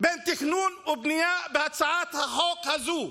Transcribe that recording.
בין תכנון ובנייה להצעת החוק הזו.